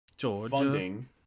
Funding